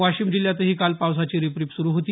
वाशिम जिल्ह्यातही काल पावसाची रिप रिप सुरू होती